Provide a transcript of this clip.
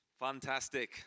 Fantastic